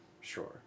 Sure